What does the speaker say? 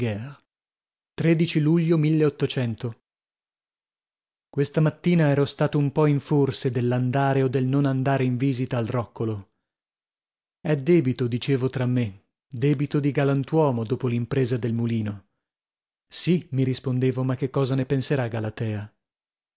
luglio questa mattina ero stato un po in forse dell'andare o del non andare in visita al roccolo è debito dicevo tra me debito di galantuomo dopo l'impresa del mulino sì mi rispondevo ma che cosa ne penserà galatea